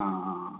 അ ആ